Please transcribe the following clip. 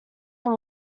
from